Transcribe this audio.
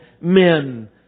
men